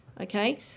okay